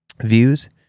views